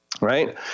right